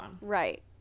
right